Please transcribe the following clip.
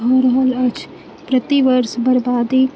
भऽ रहल अछि प्रति वर्ष बरबादी